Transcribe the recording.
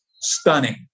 stunning